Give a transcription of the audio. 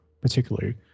particularly